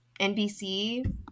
NBC